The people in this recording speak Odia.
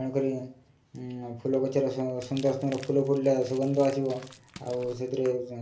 ତେଣୁକରି ଫୁଲ ଗଛର ସୁନ୍ଦର ସୁନ୍ଦର ଫୁଲ ଫୁଡ଼ିଲା ସୁଗନ୍ଧ ଆସିବ ଆଉ ସେଥିରେ